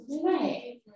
right